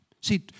See